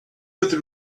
with